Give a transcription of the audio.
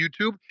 youtube